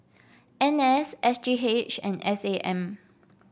N S S G H and S A M